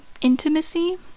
intimacy